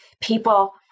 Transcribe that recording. people